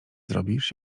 zrobisz